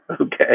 Okay